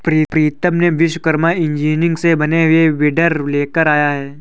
प्रीतम ने विश्वकर्मा इंजीनियरिंग से बने हुए वीडर लेकर आया है